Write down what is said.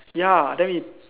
ya then we